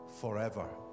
forever